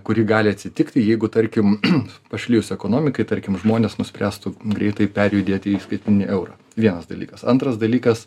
kuri gali atsitikti jeigu tarkim pašlijus ekonomikai tarkim žmonės nuspręstų greitai perjudėti įskaimeninį eur ą vienas dalykas antras dalykas